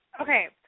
Okay